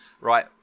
Right